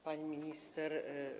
Pani Minister!